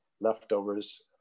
leftovers